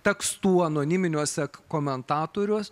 tekstų anoniminiuose komentatorius